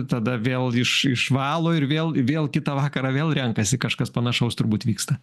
tada vėl iš išvalo ir vėl vėl kitą vakarą vėl renkasi kažkas panašaus turbūt vyksta